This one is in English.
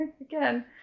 Again